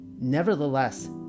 Nevertheless